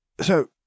So